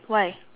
why